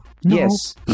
Yes